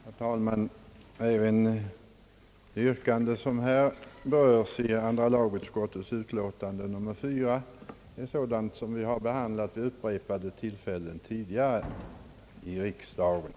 Herr talman! Även det yrkande som här berörs i andra lagutskottets utlåtande nr 4 har vi behandlat vid upprepade tillfällen tidigare i riksdagen.